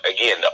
again